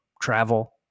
travel